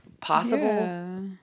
possible